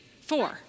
four